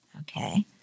Okay